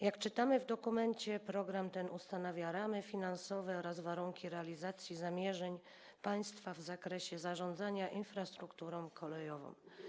Jak czytamy w dokumencie, program ten ustanawia ramy finansowe oraz warunki realizacji zamierzeń państwa w zakresie zarządzania infrastrukturą kolejową.